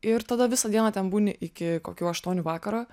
ir tada visą dieną ten būni iki kokių aštuonių vakaro